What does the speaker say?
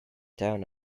down